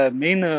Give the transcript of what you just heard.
main